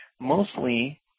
mostly